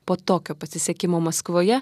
po tokio pasisekimo maskvoje